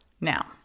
Now